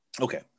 okay